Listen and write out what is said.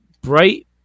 bright